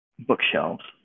Bookshelves